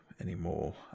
anymore